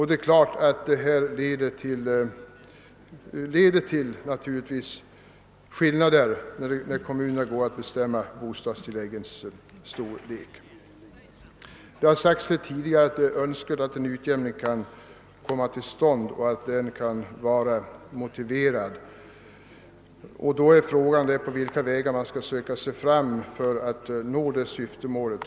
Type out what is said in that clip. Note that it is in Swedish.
Det är klart att detta leder till skillnader i bostadstilläggens storlek. Som sagts här tidigare är det önskvärt att en utjämning kan komma till stånd. Frågan är då på vilka vägar man skall söka sig fram för att nå det målet.